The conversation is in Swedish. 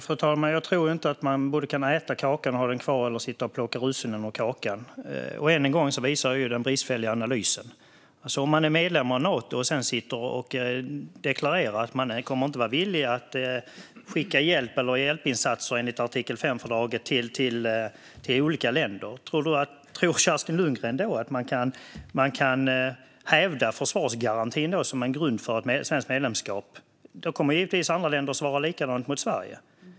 Fru talman! Jag tror inte att man både kan äta kakan och ha den kvar eller sitta och plocka russinen ur kakan, och det visar än en gång den bristfälliga analysen. Om man är medlem av Nato och sedan deklarerar att man inte kommer att vara villig att skicka hjälpinsatser enligt artikel 5i Natofördraget till olika länder, tror Kerstin Lundgren då att man kan hävda försvarsgarantin som en grund för ett svenskt medlemskap? Då kommer givetvis andra länder att svara likadant mot Sverige.